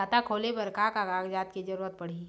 खाता खोले बर का का कागजात के जरूरत पड़ही?